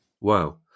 Wow